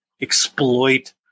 exploit